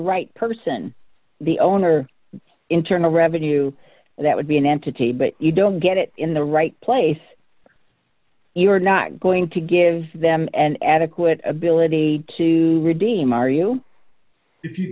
right person the owner the internal revenue that would be an entity but you don't get it in the right place you're not going to give them an adequate ability to redeem are you if you